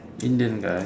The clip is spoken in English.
Indian guy